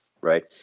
Right